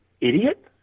idiot